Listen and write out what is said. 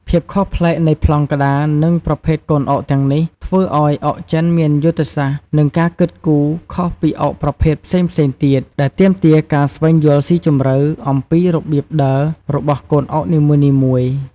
ភាពខុសប្លែកនៃប្លង់ក្តារ និងប្រភេទកូនអុកទាំងនេះ ធ្វើឱ្យអុកចិនមានយុទ្ធសាស្ត្រ និងការគិតគូរខុសពីអុកប្រភេទផ្សេងៗទៀត ដែលទាមទារការស្វែងយល់ស៊ីជម្រៅអំពីរបៀបដើររបស់កូនអុកនីមួយៗ។